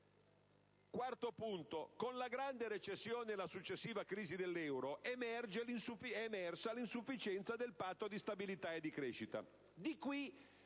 Quarto punto. Con la grande recessione e la successiva crisi dell'euro, è emersa l'insufficienza del Patto di stabilità e crescita.